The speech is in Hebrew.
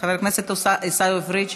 חבר הכנסת עיסאווי פריג'